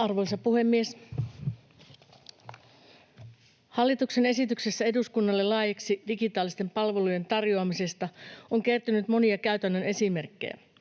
Arvoisa puhemies! Hallituksen esityksessä eduskunnalle laiksi digitaalisten palvelujen tarjoamisesta on kertynyt monia käytännön esimerkkejä,